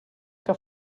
que